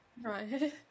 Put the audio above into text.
Right